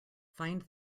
find